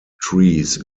trees